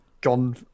gone